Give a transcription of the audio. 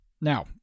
Now